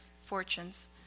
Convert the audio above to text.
fortunes